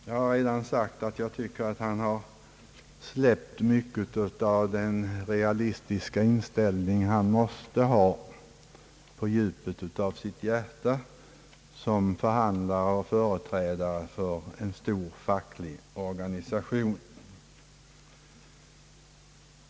Jag har redan sagt att jag anser att han har släppt mycket av den realistiska inställning han måste ha i djupet av sitt hjärta som förhandlare och företrädare för en stor facklig organisation.